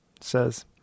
says